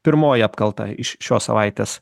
pirmoji apkalta iš šios savaitės